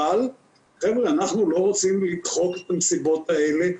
אבל אנחנו לא רוצים לדחוק את המסיבות האלה